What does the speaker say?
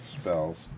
spells